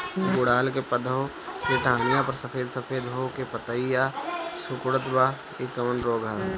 गुड़हल के पधौ के टहनियाँ पर सफेद सफेद हो के पतईया सुकुड़त बा इ कवन रोग ह?